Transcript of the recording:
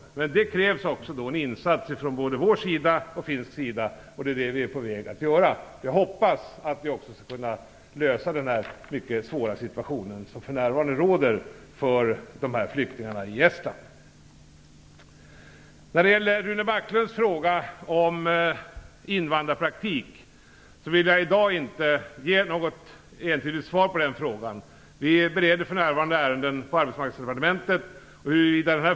Det krävs då en insats från både vår sida och finsk sida, och den är vi på väg att göra. Jag hoppas att vi också kan lösa den mycket svåra situation som för närvarande råder för de kurdiska flyktingarna i Rune Backlunds fråga om invandrarpraktik vill jag i dag inte ge något entydigt svar på. Vi bereder för närvarande ärenden på Arbetsmarknadsdepartementet.